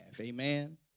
Amen